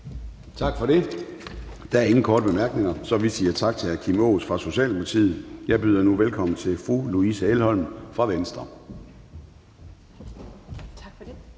Tak for det. Der er ingen korte bemærkninger, så vi siger tak til hr. Kim Aas fra Socialdemokratiet. Jeg byder nu velkommen til fru Louise Elholm fra Venstre. Kl.